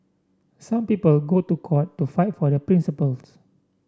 some people go to court to fight for their principles